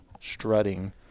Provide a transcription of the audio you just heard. strutting